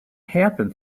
happen